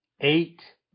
Eight